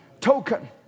Token